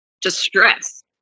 distress